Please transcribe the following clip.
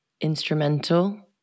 instrumental